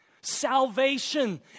Salvation